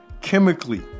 chemically